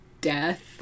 death